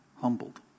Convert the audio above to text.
humbled